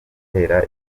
itera